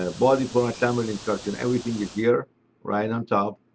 ah body form assembly instructions, everything is here right on top.